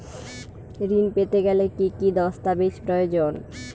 ঋণ পেতে গেলে কি কি দস্তাবেজ প্রয়োজন?